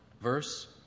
verse